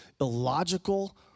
illogical